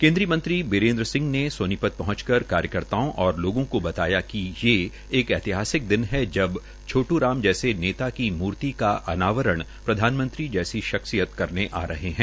केन्द्रीय मंत्री बीरेन्द्र सिंह ने सोनीपत पहंच कर कार्यकर्ताओं और लोगों को बताया कि ये एक ऐतिहासिक दिन है जब छोटू राम जैसे नेता की मूर्ति का अनावरण प्रधानमंत्री जैसी शख्सियत करने आ रहे है